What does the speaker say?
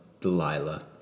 Delilah